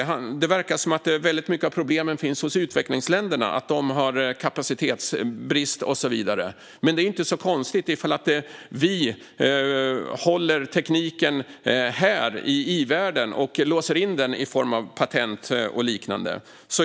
Det verkar som att väldigt mycket av problemen finns hos utvecklingsländerna - att de har kapacitetsbrist och så vidare - men det är ju inte så konstigt ifall vi låser in tekniken här i i-världen med hjälp av patent och liknande.